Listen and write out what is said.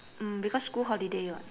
mm because school holiday [what]